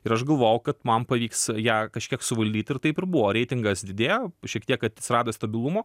ir aš galvojau kad man pavyks ją kažkiek suvaldyt ir taip ir buvo reitingas didėjo šiek tiek atsirado stabilumo